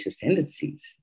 tendencies